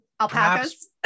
Alpacas